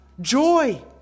joy